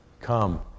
come